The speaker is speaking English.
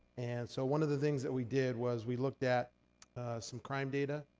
and so one of the things that we did was, we looked at some crime data.